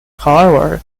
however